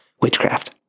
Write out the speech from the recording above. witchcraft